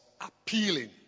appealing